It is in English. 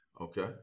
Okay